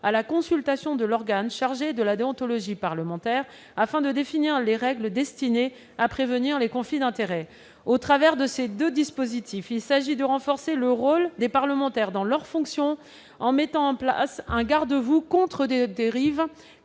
à la consultation de l'organe chargé de la déontologie parlementaire afin de définir les règles destinées à prévenir les conflits d'intérêts. Au travers de ces deux dispositifs, il s'agit de renforcer le rôle des parlementaires dans leur fonction, en mettant en place un garde-fou contre des dérives